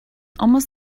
almost